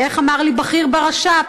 איך אמר לי בכיר ברש"פ?